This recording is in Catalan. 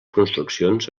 construccions